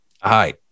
Hi